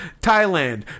Thailand